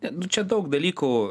ne nu čia daug dalykų